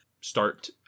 start